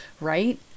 Right